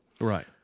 Right